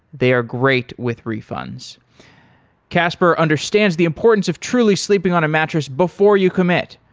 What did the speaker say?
they are great with refunds casper understands the importance of truly sleeping on a mattress before you commit,